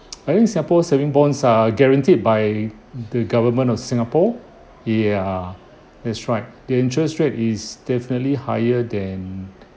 I think singapore saving bonds are guaranteed by the government of singapore ya that's right the interest rate is definitely higher than